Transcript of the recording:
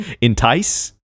Entice